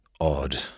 odd